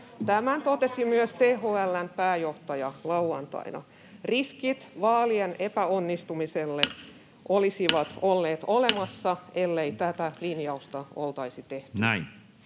Tämän totesi myös THL:n pääjohtaja lauantaina. Riskit vaalien epäonnistumiselle olisivat olleet olemassa, ellei tätä linjausta oltaisi tehty.